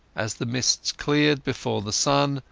as the mists cleared before the sun,